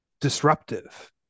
disruptive